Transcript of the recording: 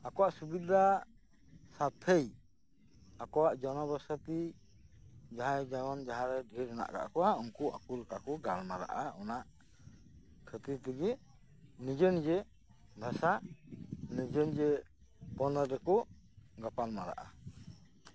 ᱟᱠᱚᱣᱟᱜ ᱥᱩᱵᱤᱫᱷᱟ ᱥᱟᱨᱛᱷᱮᱭ ᱟᱠᱚᱣᱟᱜ ᱡᱚᱱᱚ ᱵᱚᱥᱚᱛᱤ ᱡᱟᱦᱟᱸᱭ ᱡᱮᱢᱚᱱ ᱡᱟᱦᱟᱸᱨᱮ ᱰᱷᱮᱨ ᱦᱮᱱᱟᱜ ᱟᱠᱟᱫ ᱠᱚᱣᱟ ᱩᱱᱠᱩ ᱟᱠᱚ ᱞᱮᱠᱟ ᱠᱚ ᱜᱟᱞ ᱢᱟᱨᱟᱜᱼᱟ ᱚᱱᱟ ᱠᱷᱟᱹᱛᱤᱨ ᱛᱮᱜᱮ ᱱᱤᱡᱮ ᱱᱤᱡᱮ ᱵᱷᱟᱥᱟ ᱱᱤᱡᱮ ᱱᱤᱡᱮ ᱯᱚᱱᱚᱛ ᱨᱮᱠᱚ ᱜᱟᱯᱟᱞᱢᱟᱨᱟᱜᱼᱟ